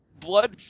Blood